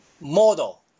model